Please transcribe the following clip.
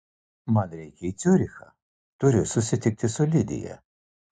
man reikia į ciurichą turiu susitikti su lidija